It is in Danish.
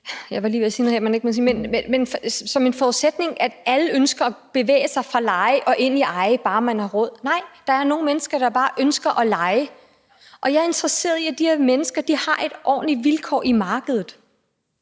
Igen synes jeg, at ordføreren ligesom har den forudsætning, at alle ønsker at bevæge sig fra leje og ind i eje – bare man har råd. Nej, der er nogle mennesker, der bare ønsker at leje, og jeg er interesseret i, at de her mennesker har ordentlige vilkår i markedet.